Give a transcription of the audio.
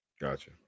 gotcha